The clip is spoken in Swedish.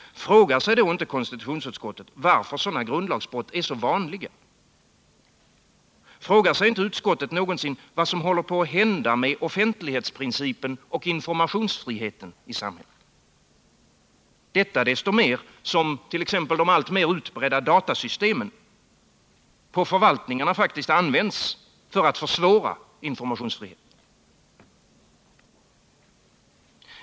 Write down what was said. Frågar sig då inte konstitutionsutskottet varför sådana grundlagsbrott är så vanliga? Frågar sig inte utskottet någonsin vad som håller på att hända med offentlighetsprincipen och informationsfriheten i samhället? Detta är desto mer angeläget som t.ex. de alltmer utbredda datasystemen på förvaltningarna faktiskt används för att försvåra informationsfriheten.